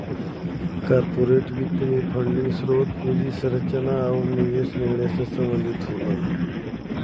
corporate वित्त में funding स्रोत, पूंजी संरचना आुर निवेश निर्णय से संबंधित होला